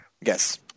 Yes